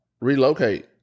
relocate